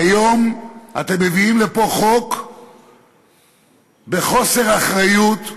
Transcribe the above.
והיום אתם מביאים לפה חוק בחוסר אחריות,